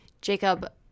Jacob